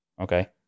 okay